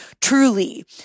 truly